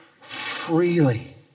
freely